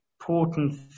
important